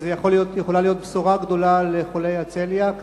זו יכולה להיות בשורה גדולה לחולי הצליאק,